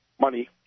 Money